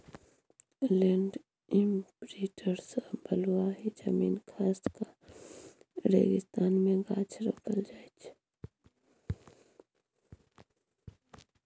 land imprinter सँ बलुआही जमीन खास कए रेगिस्तान मे गाछ रोपल जाइ छै